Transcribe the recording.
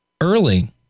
early